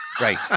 Right